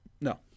no